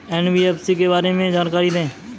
NBFC के बारे में जानकारी दें?